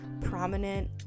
prominent